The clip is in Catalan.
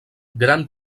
gran